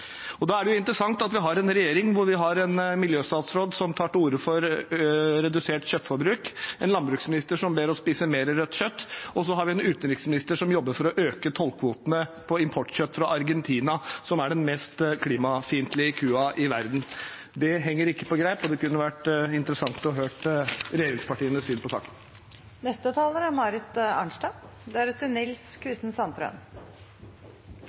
matforsyningen. Da er det interessant at vi har en regjering med en miljøstatsråd som tar til orde for redusert kjøttforbruk, en landbruksminister som ber oss spise mer rødt kjøtt, og en utenriksminister som jobber for å øke tollkvotene på importkjøtt fra Argentina, som har den mest klimafiendtlige kua i verden. Det henger ikke på greip, og det kunne vært interessant å høre regjeringspartienes syn på